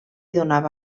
donava